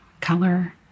color